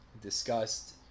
discussed